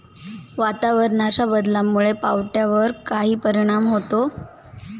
वातावरणाच्या बदलामुळे पावट्यावर काय परिणाम होतो?